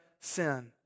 sin